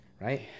right